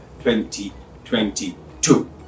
2022